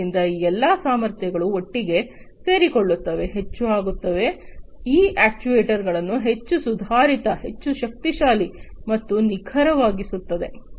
ಆದ್ದರಿಂದ ಈ ಎಲ್ಲಾ ಸಾಮರ್ಥ್ಯಗಳು ಒಟ್ಟಿಗೆ ಸೇರಿಕೊಳ್ಳುತ್ತವೆ ಹೆಚ್ಚು ಆಗುತ್ತವೆ ಈ ಅಕ್ಚುಯೆಟರ್ಸ್ಗಳನ್ನು ಹೆಚ್ಚು ಸುಧಾರಿತ ಹೆಚ್ಚು ಶಕ್ತಿಶಾಲಿ ಮತ್ತು ನಿಖರವಾಗಿಸುತ್ತದೆ